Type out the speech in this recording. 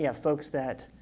yeah folks that